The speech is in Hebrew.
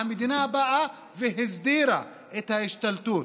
המדינה באה והסדירה את ההשתלטות.